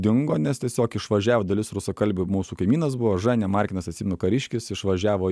dingo nes tiesiog išvažiavo dalis rusakalbių mūsų kaimynas buvo ženė markinas atsimenu kariškis išvažiavo